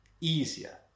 easier